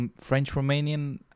French-Romanian